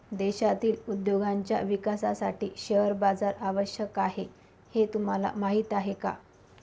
देशातील उद्योगांच्या विकासासाठी शेअर बाजार आवश्यक आहे हे तुम्हाला माहीत आहे का?